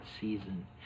season